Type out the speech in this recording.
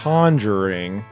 Conjuring